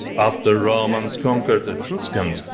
after romans conquered etruscans,